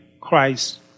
Christ